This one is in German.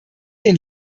den